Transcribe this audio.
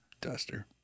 duster